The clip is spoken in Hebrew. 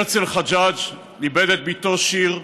הרצל חג'ג' איבד את בתו שיר,